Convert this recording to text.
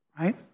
Right